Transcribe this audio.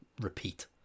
repeat